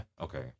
Okay